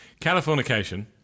Californication